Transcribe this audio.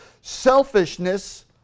Selfishness